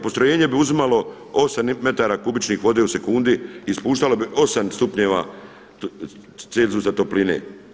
Postrojenje bi uzimalo 8 metara kubičnih vode u sekundi, ispuštalo bi 8 stupnjeva celzijusa topline.